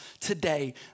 today